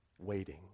Waiting